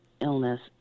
illness